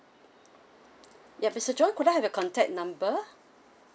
yup mister john could I have your contact number